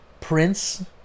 Prince